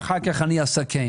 ואחר כך אני אסכם.